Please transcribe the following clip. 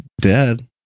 dead